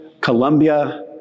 Colombia